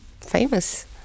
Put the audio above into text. famous